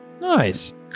Nice